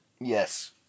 Yes